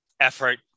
effort